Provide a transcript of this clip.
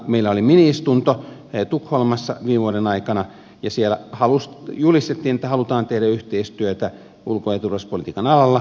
meillä oli mini istunto tukholmassa viime vuoden aikana ja siellä julistettiin että halutaan tehdä yhteistyötä ulko ja turvallisuuspolitiikan alalla